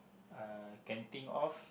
uh can think of